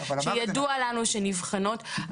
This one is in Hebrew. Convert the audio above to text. שידוע לנו שנבחנות.